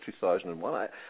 2001